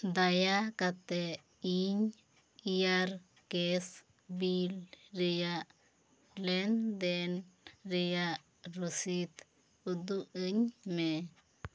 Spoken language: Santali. ᱫᱟᱭᱟ ᱠᱟᱛᱮ ᱤᱧ ᱠᱤᱭᱟᱨ ᱠᱮᱥ ᱵᱤᱞ ᱨᱮᱭᱟᱜ ᱞᱮᱱ ᱫᱮᱱ ᱨᱮᱭᱟᱜ ᱨᱩᱥᱤᱫᱽ ᱩᱫᱩᱜ ᱟ ᱧ ᱢᱮ